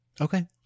Okay